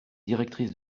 directrices